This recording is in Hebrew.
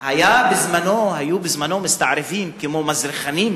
היו בזמנו מסתערבים כמו מזרחנים,